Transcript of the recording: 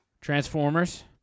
Transformers